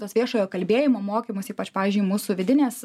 tuos viešojo kalbėjimo mokymus ypač pavyzdžiui mūsų vidinės